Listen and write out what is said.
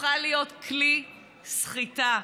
הפכה להיות כלי סחיטה,